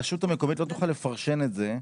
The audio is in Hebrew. הרשות המקומית לא תוכל לפרשן את זה,